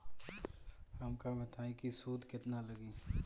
हमका बताई कि सूद केतना लागी?